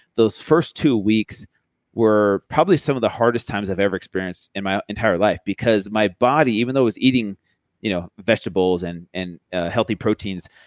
those first two weeks were probably some of the hardest times i've ever experienced in my entire life because my body, even though i was eating you know vegetables and and healthy proteins,